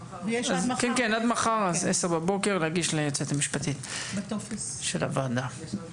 עד מחר ב-10:00 ניתן להגיש אותן ליועצת המשפטית של הוועדה.